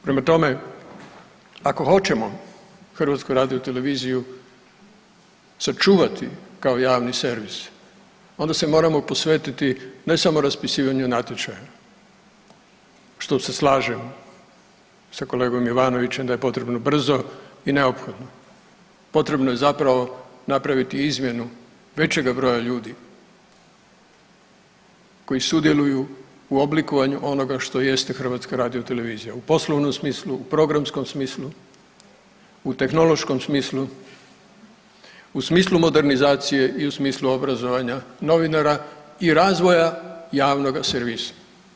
Prema tome, ako hoćemo HRT sačuvati kao javni servis, onda se moramo posvetiti ne samo raspisivanju natječaja, što se slažem sa kolegom Jovanovićem da je potrebno brzo i neophodno, potrebno je zapravo napraviti izmjenu većega broja ljudi koji sudjeluju u oblikovanju što jeste HRT, u poslovnom smislu, programskom smislu, u tehnološkom smislu, u smislu modernizacije i u smislu obrazovanja novinara i razvoja javnoga servisa.